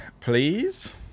please